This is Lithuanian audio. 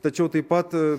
tačiau taip pat